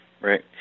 right